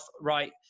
right